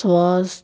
ਸਵਸਥ